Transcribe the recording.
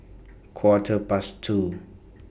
Quarter Past two